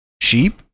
sheep